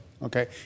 Okay